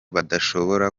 badashobora